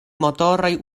motoroj